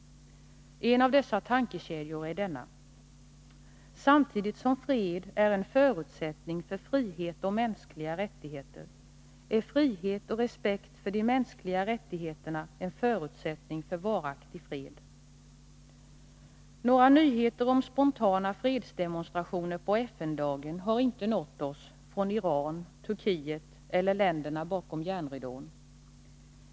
En av dessa tankekedjor är denna: Samtidigt som fred är en förutsättning för frihet och mänskliga rättigheter är frihet och respekt för de mänskliga rättigheterna en förutsättning för varaktig fred. Några nyheter om spontana fredsdemonstrationer på FN-dagen har inte nått oss från Iran, Turkiet eller länderna bakom järnridån.